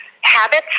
habits